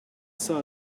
saw